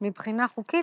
מבחינת חוקית,